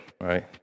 right